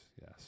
yes